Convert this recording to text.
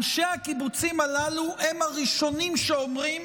אנשי הקיבוצים הללו הם הראשונים שאומרים